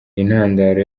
intandaro